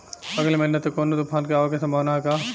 अगले महीना तक कौनो तूफान के आवे के संभावाना है क्या?